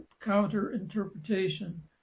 counter-interpretation